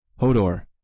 Hodor